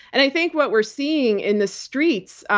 and i think what we're seeing in the streets,